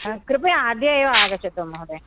कृपया अद्य एव आगच्छतु महोदय